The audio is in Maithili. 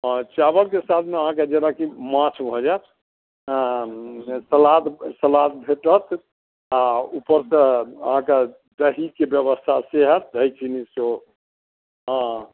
हँ चावलके साथमे अहाँकेँ जेनाकि माछ भऽ जायत हँ सलाद सलाद भेटत आ ऊपरसँ अहाँकेँ दहीके व्यवस्था से होयत दही चीनी सेहो हँ